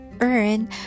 earn